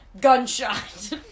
gunshot